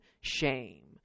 shame